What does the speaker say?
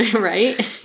Right